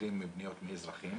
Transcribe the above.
מקבלים מפניות מאזרחים